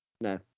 No